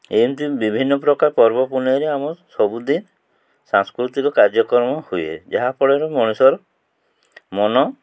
ଏମିତି ବିଭିନ୍ନ ପ୍ରକାର ପର୍ବ ପୁନେଇରେ ଆମ ସବୁଦିନ ସାଂସ୍କୃତିକ କାର୍ଯ୍ୟକ୍ରମ ହୁଏ ଯାହାଫଳରେ ମଣିଷର ମନ